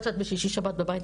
עד שאת בשישי שבת בבית,